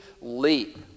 leap